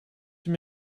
voor